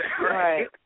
Right